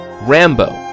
Rambo